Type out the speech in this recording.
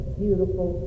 beautiful